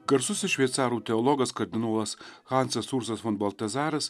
garsusis šveicarų teologas kardinolas hansas ursas fon baltazaras